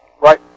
right